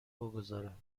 بگذارم